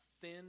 thin